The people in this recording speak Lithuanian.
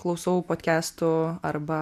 klausau podcastų arba